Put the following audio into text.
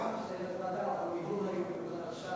אני אשמח לוועדה, זה חשוב לנו,